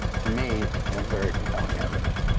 to me, that's very compelling evidence.